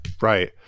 right